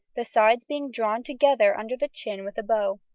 the sides being drawn together under the chin with a bow.